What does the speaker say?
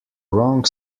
wrong